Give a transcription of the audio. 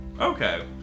Okay